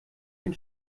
ein